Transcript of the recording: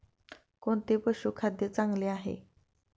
कोणते पशुखाद्य चांगले आहे?